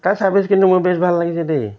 তাৰ ছাৰ্ভিছ কিন্তু মোৰ বেছ ভাল লাগিছে দেই